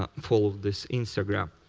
um follow this instagram.